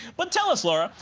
but tell us, lara,